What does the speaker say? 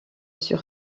sur